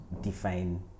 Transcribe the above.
define